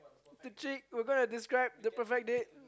the cheek we're going to describe the perfect date